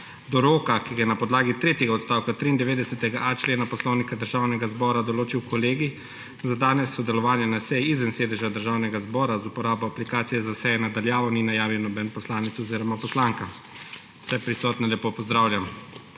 Do roka, ki ga je na podlagi tretjega odstavka 93.a člena Poslovnika Državnega zbora določil Kolegij, za danes sodelovanja na seji izven sedeža Državnega zbora z uporabo aplikacije za seje na daljavo ni najavil noben poslanec oziroma poslanka. Vse prisotne lepo pozdravljam!